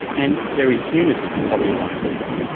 and very punitive copyright law.